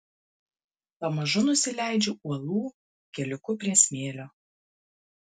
pamažu nusileidžiu uolų keliuku prie smėlio